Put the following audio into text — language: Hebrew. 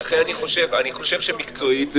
אני חושב שמקצועית זה